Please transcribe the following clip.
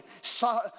saw